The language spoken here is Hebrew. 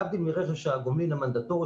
להבדיל מרכש הגומלין המנדטורי,